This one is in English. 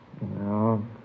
No